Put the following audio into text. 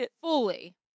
Fully